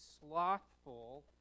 slothful